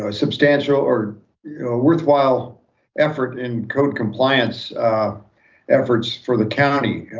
ah substantial or a worthwhile effort in code compliance efforts for the county?